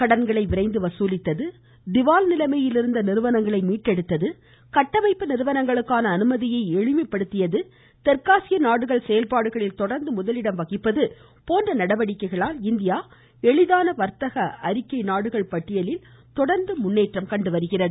கடன்களை விரைந்து வசூலித்தது திவால் நிலைமையிலிருந்த நிறுவனங்களை மீட்டெடுத்தது கட்டமைப்பு நிறுவனங்களுக்கான அனுமதியை எளிமைப்படுத்தியது தெற்காசிய நாடுகள் செயல்பாடுகளில் தொடா்ந்து முதலிடம் வகிப்பது போன்ற நடவடிக்கைகளால் இந்தியா எளிதான வா்த்தக அறிக்கை நாடுகள் பட்டியலில் தொடா்ந்து முன்னேறி வருகிறது